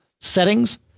settings